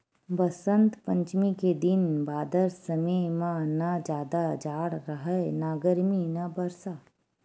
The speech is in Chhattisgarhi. बसंत पंचमी के दिन बादर समे म न जादा जाड़ राहय न गरमी न बरसा